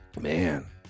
man